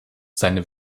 seine